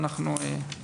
בבקשה.